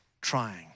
trying